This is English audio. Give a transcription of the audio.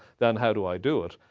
then how do i do it?